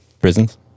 Prisons